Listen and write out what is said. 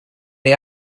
neu